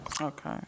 Okay